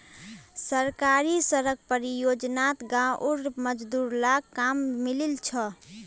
सरकारी सड़क परियोजनात गांउर मजदूर लाक काम मिलील छ